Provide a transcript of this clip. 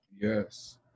Yes